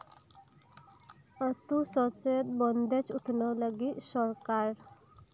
ᱟᱹᱛᱩ ᱥᱮᱪᱮᱫ ᱵᱚᱱᱫᱮᱡ ᱩᱛᱱᱟᱹᱣ ᱞᱟᱹᱜᱤᱫ ᱥᱚᱨᱠᱟᱨ